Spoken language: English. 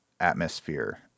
atmosphere